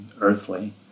earthly